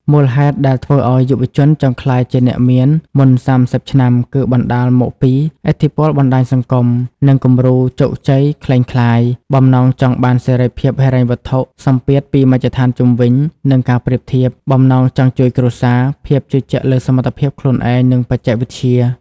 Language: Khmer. មូលហេតុដែលធ្វើឲ្យយុវជនចង់ក្លាយជាអ្នកមានមុន ៣០ ឆ្នាំគឺបណ្ដាលមកពី ឥទ្ធិពលបណ្តាញសង្គម និងគំរូជោគជ័យក្លែងក្លាយ បំណងចង់បានសេរីភាពហិរញ្ញវត្ថុ សម្ពាធពីមជ្ឈដ្ឋានជុំវិញ និងការប្រៀបធៀប បំណងចង់ជួយគ្រួសារ ភាពជឿជាក់លើសមត្ថភាពខ្លួនឯង និងបច្ចេកវិទ្យា។